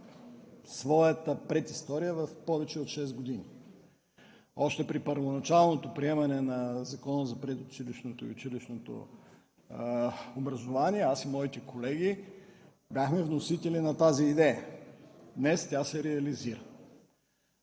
своята предистория повече от шест години. Още при първоначалното приемане на Закона за предучилищното и училищното образование аз и моите колеги бяхме вносители на тази идея, днес тя се реализира.